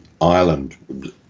Ireland